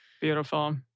Beautiful